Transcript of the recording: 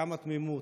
כמה תמימות,